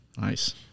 Nice